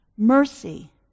Mercy